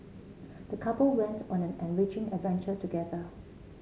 the couple went on an enriching adventure together